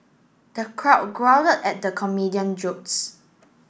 the crowd at the comedian jokes